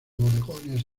bodegones